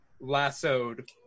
lassoed